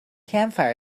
campfire